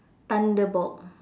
thunderbolt